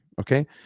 Okay